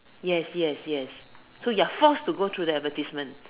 yes yes yes so you're first to go through the advertisement